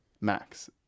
Max